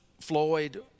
Floyd